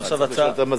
את המזכירות.